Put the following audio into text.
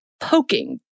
poking